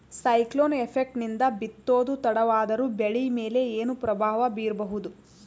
Cyclone effect ನಿಂದ ಬಿತ್ತೋದು ತಡವಾದರೂ ಬೆಳಿ ಮೇಲೆ ಏನು ಪ್ರಭಾವ ಬೀರಬಹುದು?